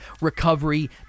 Recovery